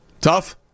tough